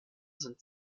sind